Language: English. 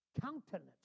countenance